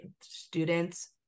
students